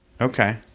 Okay